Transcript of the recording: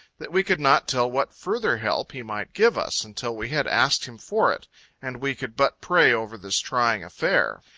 that we could not tell what further help he might give us, until we had asked him for it and we could but pray over this trying affair.